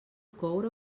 coure